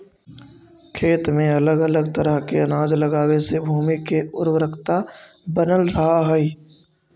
खेत में अलग अलग तरह के अनाज लगावे से भूमि के उर्वरकता बनल रहऽ हइ